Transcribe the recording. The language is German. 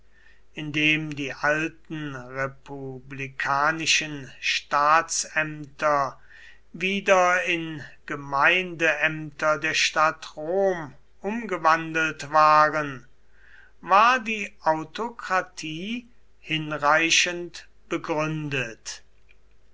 indem die alten republikanischen staatsämter wieder in gemeindeämter der stadt rom umgewandelt waren war die autokratie hinreichend begründet